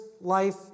life